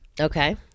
Okay